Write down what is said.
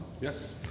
Yes